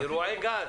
אירוע גז,